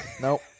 Nope